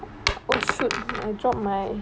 oh shoot I drop my